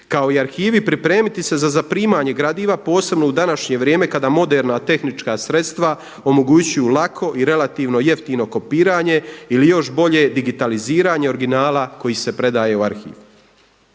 kao i arhivi pripremiti se za zaprimanje gradiva posebno u današnje vrijeme kada moderna tehnička sredstva omogućuju lako i relativno jeftino kopiranje ili još bolje digitaliziranje originala koji se predaje u arhiv.